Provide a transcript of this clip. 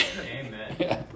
Amen